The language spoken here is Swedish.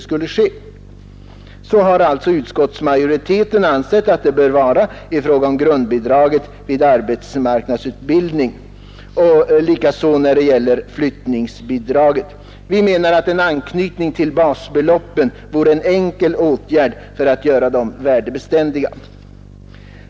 Så har alltså utskottsmajoriteten ansett att det bör vara i fråga om grundbidragen vid arbetsmarknadsutbildning och i fråga om flyttningsbidragen. Vi menar att en anknytning till basbeloppet vore en enkel åtgärd för att göra dessa bidrag värdebeständiga.